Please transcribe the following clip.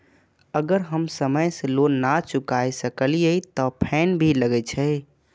अगर हम समय से लोन ना चुकाए सकलिए ते फैन भी लगे छै?